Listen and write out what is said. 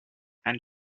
and